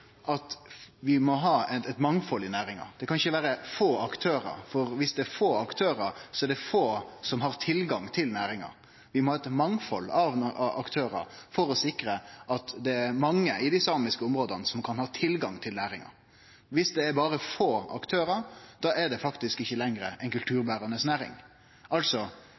at vi må ha eit mangfald i næringa. Det kan ikkje vere få aktørar, for dersom det er få aktørar, er det få som har tilgang til næringa. Vi må ha eit mangfald av aktørar for å sikre at det er mange i dei samiske områda som kan ha tilgang til næringa. Dersom det er få aktørar, er det faktisk ikkje lenger ei kulturberande næring. Altså: